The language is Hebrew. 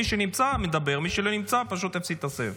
מי שנמצא, מדבר, מי שלא נמצא פשוט הפסיד את הסבב.